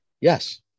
yes